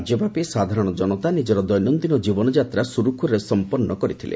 ରାଜ୍ୟବ୍ୟାପୀ ସାଧାରଣ ଜନତା ନିଜର ଦୈନନ୍ଦିନ ଜୀବନ ଯାତ୍ରା ସୁରୁଖୁରୁରେ ସମ୍ପନ୍ନ କରିଥିଲେ